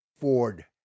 Ford